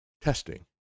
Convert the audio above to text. testing